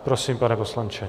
Prosím, pane poslanče.